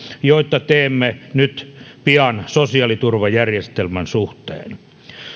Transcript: joita teemme nyt pian sosiaaliturvajärjestelmän suhteen